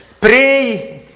pray